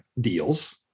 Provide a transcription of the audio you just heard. deals